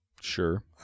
sure